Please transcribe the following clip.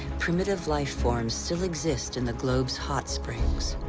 primitive life forms still exist in the globe's hot springs.